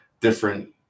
different